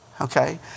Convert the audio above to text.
Okay